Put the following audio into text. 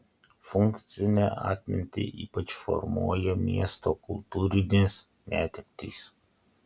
funkcinę atmintį ypač formuoja miesto kultūrinės netektys